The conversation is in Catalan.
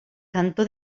cantó